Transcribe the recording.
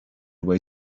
way